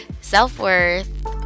self-worth